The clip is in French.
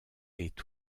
est